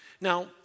Now